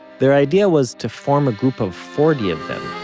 their idea was to form a group of forty of them,